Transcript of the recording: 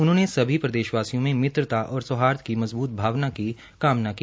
उन्होंने सभी प्रदेशवासियों में मित्रता और सौहार्द की मजबूत भावना की कामना की